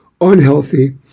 unhealthy